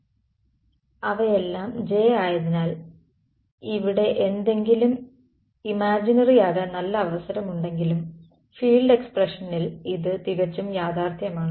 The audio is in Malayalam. അവയെല്ലാം j ആയതിനാൽ ഇവിടെ എന്തെങ്കിലും ഇമാജിനറിയാകാൻ നല്ല അവസരമുണ്ടെങ്കിലും ഫീൽഡ് എക്സ്പ്രഷനിൽ ഇത് തികച്ചും യാഥാർത്ഥ്യമാണ്